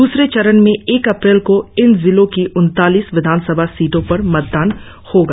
द्रसरे चरण में एक अप्रैल को इन जिलो की उनतालीस विधानसभा सीटो पर मतदान होगा